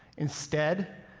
instead,